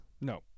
No